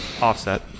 Offset